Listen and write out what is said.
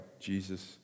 Jesus